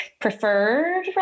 preferred